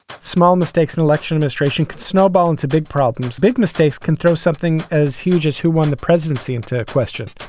small mistakes in election fenestration could snowball into big problems. big mistakes can throw something as huge as who won the presidency into question.